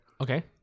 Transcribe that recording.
Okay